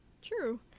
True